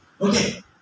Okay